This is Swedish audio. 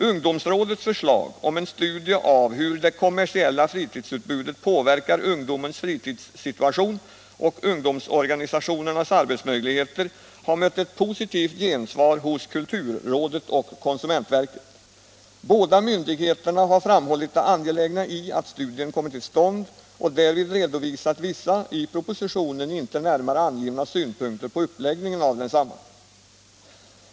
Ungdomsrådets förslag om en studie av hur det kommersiella fritidsutbudet påverkar ungdomens fritidssituation och ungdomsorganisationernas arbetsmöjligheter har mött ett positivt gensvar hos kulturrådet och konsumentverket. Båda myndigheterna har framhållit det angelägna i att studien kommer till stånd och därvid redovisat vissa, i propositionen inte närmare angivna, synpunkter på uppläggningen av densamma.